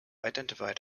identified